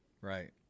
Right